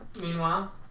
Meanwhile